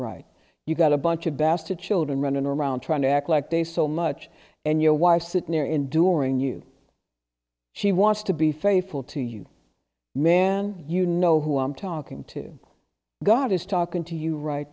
right you've got a bunch of bastard children running around trying to act like they so much and your wife sit near enduring you she wants to be faithful to you man you know who i'm talking to god is talking to you right